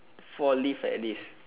four leave at least